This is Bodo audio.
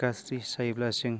गाज्रि जायोब्ला जों